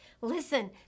Listen